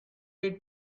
way